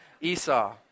Esau